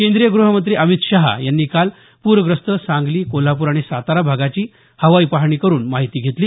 केंद्रीय गृहमंत्री अमित शहा यांनी काल पूरग्रस्त सांगली कोल्हापूर आणि सातारा भागाची हवाई पाहणी करून माहिती घेतली